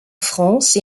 france